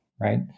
Right